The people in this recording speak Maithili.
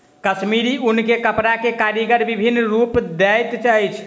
कश्मीरी ऊन के कपड़ा के कारीगर विभिन्न रूप दैत अछि